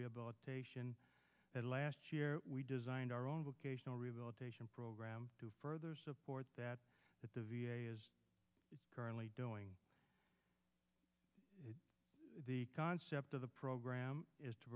rehabilitation that last year we designed our own vocational rehabilitation program to further support that at the v a is currently doing it the concept of the program is to